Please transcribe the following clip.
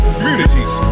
Communities